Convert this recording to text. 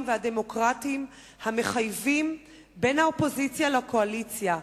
והדמוקרטים המחייבים בין האופוזיציה לקואליציה,